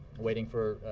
waiting for